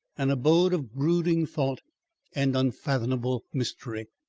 an abode of brooding thought and unfathomable mystery.